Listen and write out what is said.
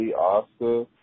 Oscar